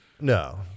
No